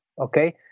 okay